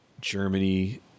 Germany